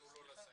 תנו לו לסיים.